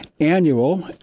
annual